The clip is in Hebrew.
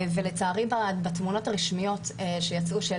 לצערי בתמונות הרשמיות שיצאו,